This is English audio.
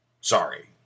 Sorry